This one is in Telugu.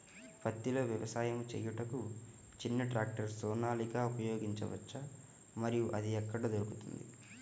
పత్తిలో వ్యవసాయము చేయుటకు చిన్న ట్రాక్టర్ సోనాలిక ఉపయోగించవచ్చా మరియు అది ఎక్కడ దొరుకుతుంది?